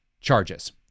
charges